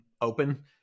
open